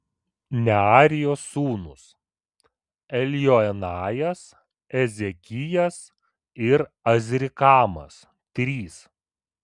nearijos sūnūs eljoenajas ezekijas ir azrikamas trys